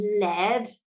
led